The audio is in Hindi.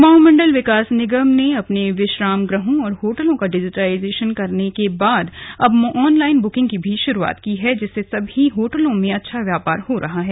कुमाऊं मंडल विकास निगम ने अपने विश्राम गृहों और होटलों का डिजिटलाइजेशन करने के बाद अब ऑनलाइन बुकिंग की शुरुआत की है जिससे सभी होटलों में अच्छा व्यापार हो रहा है